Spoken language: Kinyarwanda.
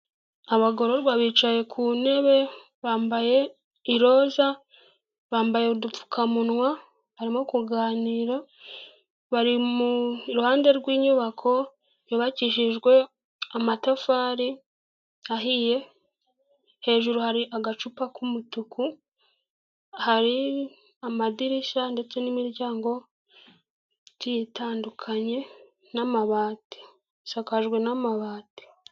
Abagororwa bicaye ku ntebe, bambaye iroza, bambaye udupfukamunwa, barimo kuganira, bari iruhande rw'inyubako yubakishijwe amatafari ahiye, hejuru hari agacupa k'umutuku, hari amadirishya ndetse n'imiryango igiye itandukanye n'amabati, isakajwe n'amabati.